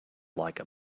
like